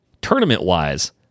Tournament-wise